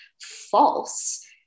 false